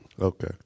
Okay